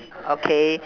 okay